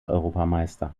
europameister